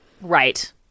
Right